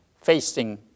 facing